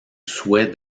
souhait